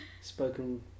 Spoken